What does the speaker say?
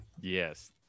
Yes